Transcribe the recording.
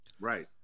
right